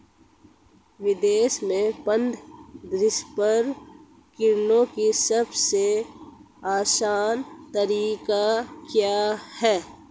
विदेश में fund transfer करने का सबसे आसान तरीका क्या है?